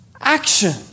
Action